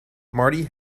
marty